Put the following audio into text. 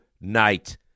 night